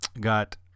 got